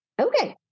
Okay